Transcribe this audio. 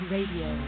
Radio